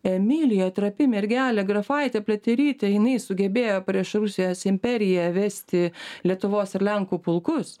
emilija trapi mergelė grafaitė pliaterytė jinai sugebėjo prieš rusijos imperiją vesti lietuvos ir lenkų pulkus